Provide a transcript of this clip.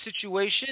situation